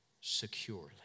securely